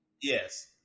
Yes